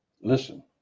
listen